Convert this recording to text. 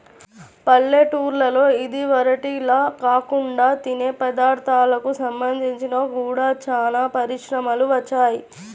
పల్లెటూల్లలో ఇదివరకటిల్లా కాకుండా తినే పదార్ధాలకు సంబంధించి గూడా చానా పరిశ్రమలు వచ్చాయ్